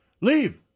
Leave